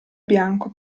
bianco